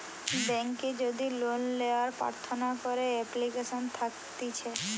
বেংকে যদি লোন লেওয়ার প্রার্থনা করে এপ্লিকেশন থাকতিছে